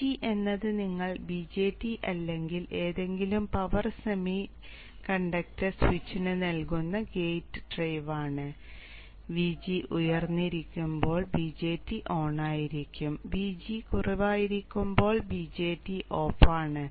Vg എന്നത് നിങ്ങൾ BJT അല്ലെങ്കിൽ ഏതെങ്കിലും പവർ സെമി കണ്ടക്ടർ സ്വിച്ചിന് നൽകുന്ന ഗേറ്റ് ഡ്രൈവാണ് Vg ഉയർന്നപ്പോൾ BJT ഓൺ ആയിരിക്കും Vg കുറവായിരിക്കുമ്പോൾ BJT ഓഫാണ്